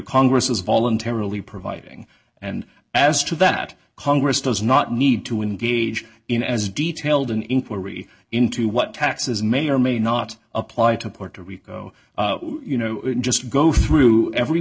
congress is voluntarily providing and as to that congress does not need to engage in as detailed an inquiry into what taxes may or may not apply to puerto rico you know just go through every